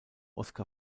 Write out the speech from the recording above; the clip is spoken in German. oskar